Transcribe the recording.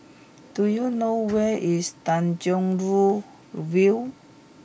do you know where is Tanjong Rhu View